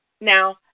Now